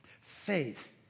Faith